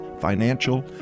financial